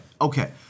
Okay